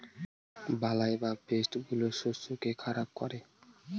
বালাই বা পেস্ট গুলো শস্যকে খারাপ করে